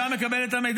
שהוא היה מקבל את המידע,